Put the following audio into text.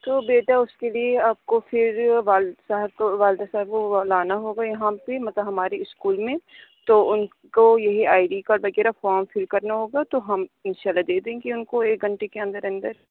تو بیٹا اس کے لیے آپ کو پھر والد صاحب کو والدہ صاحب کو لانا ہوگا یہاں پہ مطلب ہمارے اسکول میں تو ان کو یہی آئی ڈی کارڈ وغیرہ فام فل کرنا ہوگا تو ہم انشاء اللہ دے دیں گے ان کو ایک گھنٹے کے اندر اندر